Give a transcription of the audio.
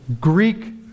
Greek